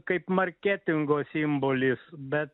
kaip marketingo simbolis bet